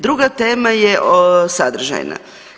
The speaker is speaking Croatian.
Druga tema je sadržajna.